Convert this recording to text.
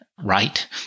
right